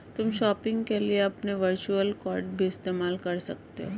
तुम शॉपिंग के लिए अपने वर्चुअल कॉर्ड भी इस्तेमाल कर सकते हो